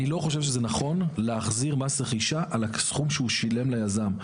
אני לא חושב שזה נכון להחזיר מס רכישה על הסכום שהוא שילם ליזם.